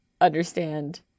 understand